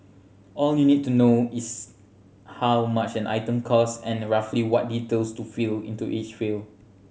all you need to know is how much an item cost and roughly what details to fill into each field